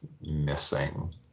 missing